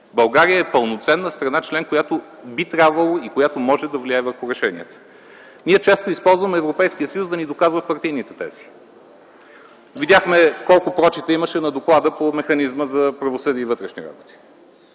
България е пълноценна страна член, която би трябвало и която може да влияе върху решенията. Ние често използваме Европейския съюз да ни доказва партийните тези. Видяхме колко прочита имаше на доклада по механизма за правосъдие и вътрешни работи.